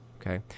okay